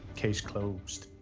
case closed.